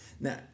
now